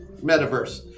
Metaverse